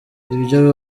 ibyo